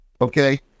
Okay